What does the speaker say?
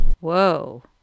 Whoa